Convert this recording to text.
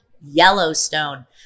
Yellowstone